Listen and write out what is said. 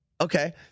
Okay